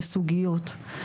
בסוגיות.